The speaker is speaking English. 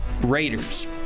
Raiders